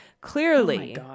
clearly